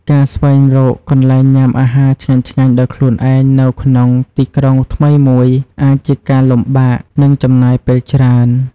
ការស្វែងរកកន្លែងញ៉ាំអាហារឆ្ងាញ់ៗដោយខ្លួនឯងនៅក្នុងទីក្រុងថ្មីមួយអាចជាការលំបាក និងចំណាយពេលច្រើន។